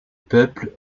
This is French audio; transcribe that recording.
peuple